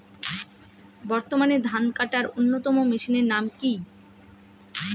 বর্তমানে ধান কাটার অন্যতম মেশিনের নাম কি?